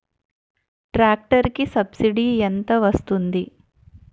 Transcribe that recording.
Tractor కి subsidy ఎంత వస్తుంది?